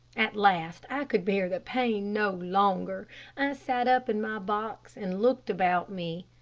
at last i could bear the pain no longer, i sat up in my box and looked about me.